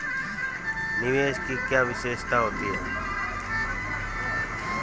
निवेश की क्या विशेषता होती है?